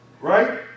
Right